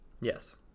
Yes